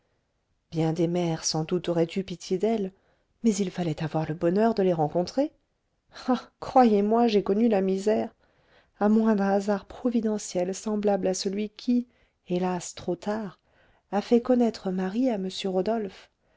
bien des mères sans doute auraient eu pitié d'elle mais il fallait avoir le bonheur de les rencontrer ah croyez-moi j'ai connu la misère à moins d'un hasard providentiel semblable à celui qui hélas trop tard a fait connaître marie à m rodolphe